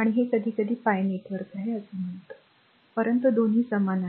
आणि हे कधीकधी pi नेटवर्क आहे असं म्हणतो परंतु दोन्ही समान आहेत